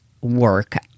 work